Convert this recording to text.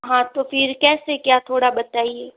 हाँ तो फिर कैसे क्या थोड़ा बताए